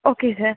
okay sir